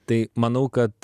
tai manau kad